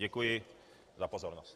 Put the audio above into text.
Děkuji za pozornost.